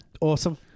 Awesome